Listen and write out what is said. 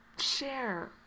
Share